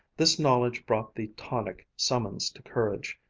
this knowledge brought the tonic summons to courage.